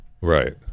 Right